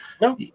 No